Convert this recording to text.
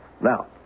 Now